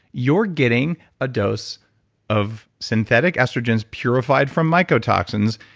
you're getting a dose of synthetic estrogens purified from mycotoxins.